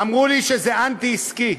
אמרו לי שזה אנטי-עסקי.